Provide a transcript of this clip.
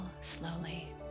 slowly